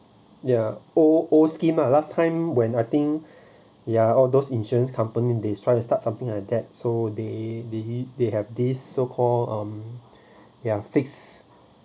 ya old scheme lah last time when I think ya all those insurance company they trying to start something like that so they did he they have this so call um ya fixed